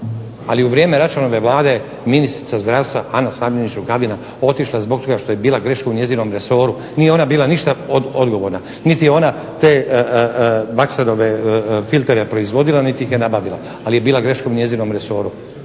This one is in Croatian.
ali u vrijeme Račanove vlade ministrica zdravstva Ana Samljenić Rukavina otišla je zbog toga što je bila greška u njezinom resoru. Nije ona bila ništa odgovorna niti je ona te … filtere proizvodila niti ih je nabavila, ali je bila veza u njezinom resoru.